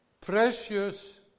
precious